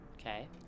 Okay